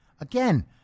again